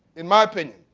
in my opinion,